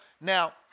Now